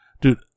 dude